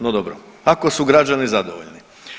No dobro, ako su građani zadovoljni.